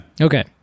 Okay